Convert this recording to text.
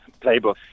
playbook